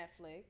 netflix